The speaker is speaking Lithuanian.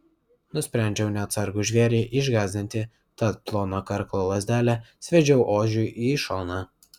nusprendžiau neatsargų žvėrį išgąsdinti tad ploną karklo lazdelę sviedžiau ožiui į šoną